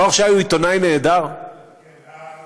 ברוך